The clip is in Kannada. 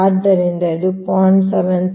ಆದ್ದರಿಂದ ಇದು 0